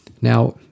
Now